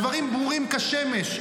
הדברים ברורים כשמש.